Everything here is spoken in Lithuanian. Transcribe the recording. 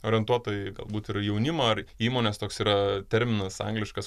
orientuota į galbūt yra jaunimą ar įmones toks yra terminas angliškas